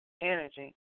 energy